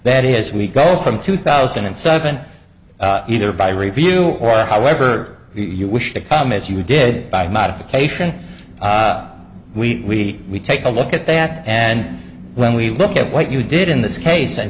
that is we call from two thousand and seven either by review or however you wish to come as you did by modification we we take a look at that and when we look at what you did in this case and